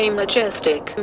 majestic